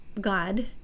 God